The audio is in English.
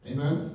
Amen